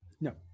No